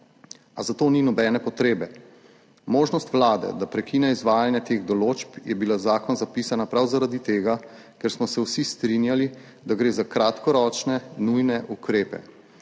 A za to ni nobene potrebe. Možnost Vlade, da prekine izvajanje teh določb, je bila v zakon zapisana prav zaradi tega, ker smo se vsi strinjali, da gre za kratkoročne nujne ukrepe,